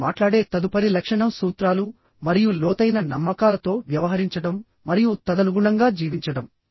ఆమె మాట్లాడే తదుపరి లక్షణం సూత్రాలు మరియు లోతైన నమ్మకాలతో వ్యవహరించడం మరియు తదనుగుణంగా జీవించడం